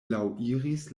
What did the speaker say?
laŭiris